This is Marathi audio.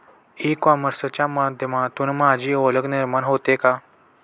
ई कॉमर्सच्या माध्यमातून माझी ओळख निर्माण होते का?